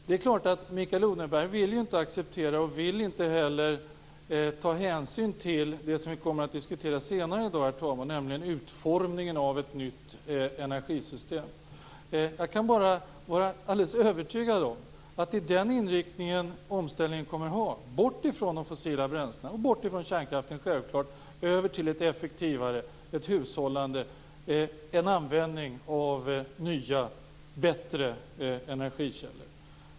Det är klart att Mikael Odenberg inte vill acceptera och ta hänsyn till det som vi kommer att diskutera senare i dag, herr talman, nämligen utformningen av ett nytt energisystem. Jag kan bara vara alldeles övertygad om att den inriktning som omställningen kommer att ha leder bort från de fossila bränslena, bort från kärnkraften och över till ett effektivare hushållande och en användning av nya och bättre energikällor.